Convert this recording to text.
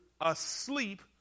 asleep